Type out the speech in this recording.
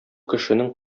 кешенең